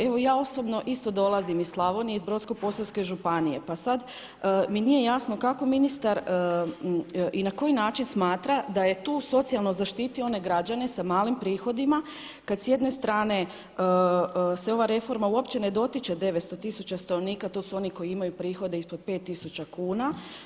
Evo ja osobno isto dolazim iz Slavonije, iz Brodsko-podravske županije pa sad mi nije jasno kako ministar i na koji način smatra da je tu socijalno zaštitio one građane sa malim prihodima kad s jedne strane se ova reforma uopće ne dotiče 900 tisuća stanovnika to su oni koji imaju prihode ispod 5 tisuća kuna.